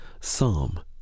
Psalm